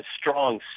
strong